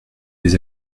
des